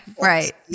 Right